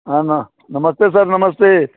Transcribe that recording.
हाँ ना नमस्ते सर नमस्ते